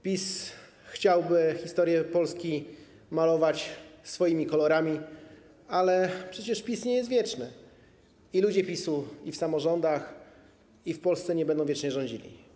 PiS chciałby historię Polski malować swoimi kolorami, ale przecież PiS nie jest wieczny i ludzie PiS-u i w samorządach, i w Polsce nie będą wiecznie rządzili.